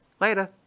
Later